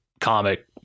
comic